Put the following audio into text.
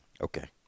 Okay